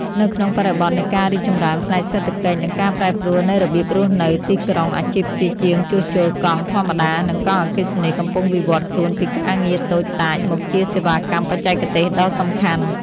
នៅក្នុងបរិបទនៃការរីកចម្រើនផ្នែកសេដ្ឋកិច្ច និងការប្រែប្រួលនៃរបៀបរស់នៅទីក្រុង អាជីពជាជាងជួសជុលកង់ធម្មតា និងកង់អគ្គិសនីកំពុងវិវត្តខ្លួនពីការងារតូចតាចមកជាសេវាកម្មបច្ចេកទេសដ៏សំខាន់។